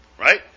Right